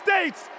States